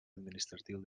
administratiu